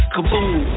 Kaboom